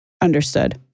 Understood